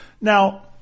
now